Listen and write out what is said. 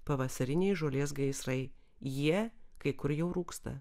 pavasariniai žolės gaisrai jie kai kur jau rūksta